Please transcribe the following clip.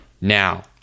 Now